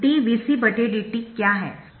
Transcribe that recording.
dVcdt क्या है